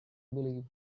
believe